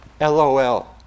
LOL